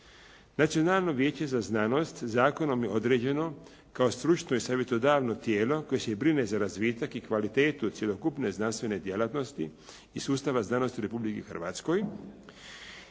Nacionalno vijeće za znanost zakonom je određeno kao stručno i savjetodavno tijelo koje se brine za razvitak i kvalitetu cjelokupne znanstvene djelatnosti i sustava znanosti u Republici Hrvatskoj.